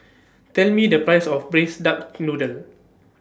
Tell Me The Price of Braised Duck Noodle